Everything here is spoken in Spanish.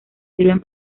sirven